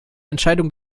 entscheidung